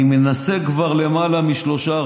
אני מנסה כבר למעלה משלושה,